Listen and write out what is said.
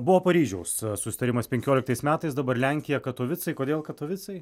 buvo paryžiaus susitarimas penkioliktaisais metais dabar lenkija katovicai kodėl katovicai